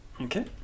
okay